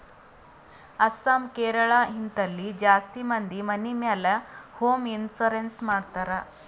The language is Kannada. ಅಸ್ಸಾಂ, ಕೇರಳ, ಹಿಂತಲ್ಲಿ ಜಾಸ್ತಿ ಮಂದಿ ಮನಿ ಮ್ಯಾಲ ಹೋಂ ಇನ್ಸೂರೆನ್ಸ್ ಮಾಡ್ತಾರ್